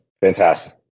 fantastic